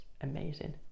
amazing